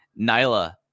Nyla